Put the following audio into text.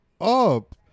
up